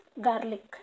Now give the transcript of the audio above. garlic